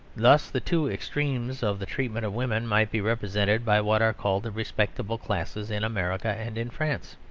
thus, the two extremes of the treatment of women might be represented by what are called the respectable classes in america and in france.